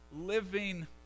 living